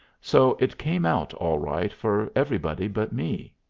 so it came out all right for everybody but me.